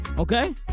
Okay